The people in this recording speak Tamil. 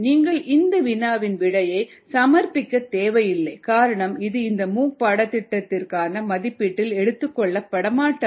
நீங்கள் இந்த வினாவின் விடையை சமர்ப்பிக்க தேவையில்லை காரணம் இது இந்த மூக் பாடத்திட்டத்திற்கான மதிப்பீட்டில் எடுத்துக் கொள்ளப்படமாட்டாது